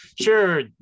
sure